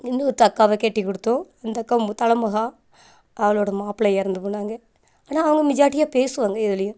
இன்னொரு அக்காவை கட்டி கொடுத்தோம் அந்த அக்கா தலமகா அவளோடய மாப்பிள்ளை இறந்து போனாங்க ஆனால் அவங்க மெஜாட்டியாக பேசுவாங்க எதுலேயும்